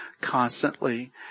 constantly